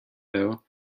though